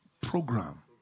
program